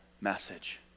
message